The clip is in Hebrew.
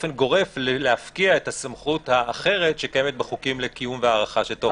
באופן גורף להפקיע את הסמכות האחרת שקיימת בחוקים לקיום והארכה של תוקף.